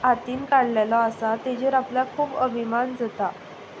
हातान काडलेलो आसा ताचेर आपल्याक खूब अभिमान जाता